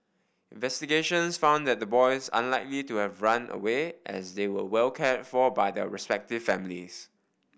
investigations found that the boys unlikely to have run away as they were well cared for by their respective families